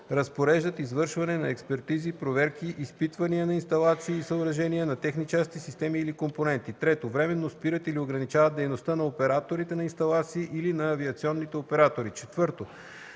разпореждат извършване на експертизи, проверки, изпитвания на инсталации и съоръжения, на техни части, системи или компоненти; 3. временно спират или ограничават дейността на операторите на инсталации или на авиационните оператори; 4.